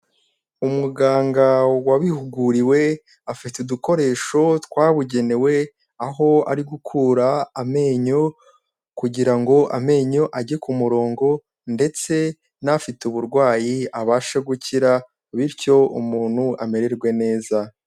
Umuganga wabihuguriwe afite udukoresho twabugenewe, aho ari gukura amenyo, kugira ngo amenyo ajye ku murongo, ndetse n'afite uburwayi abashe gukira, bityo umuntu amererwe neza.